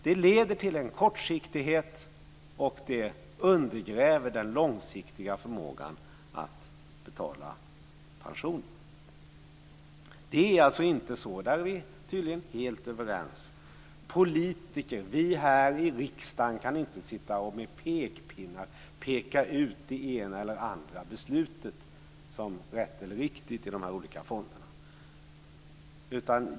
Det leder till en kortsiktighet och det undergräver den långsiktiga förmågan att betala pensionerna. Det är alltså inte så - där är vi tydligen helt överens - att vi politiker här i riksdagen ska sitta med pekpinnar och peka ut det ena eller andra beslutet som rätt eller riktigt i de här olika fonderna.